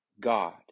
God